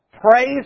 Praise